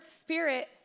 spirit